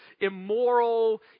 immoral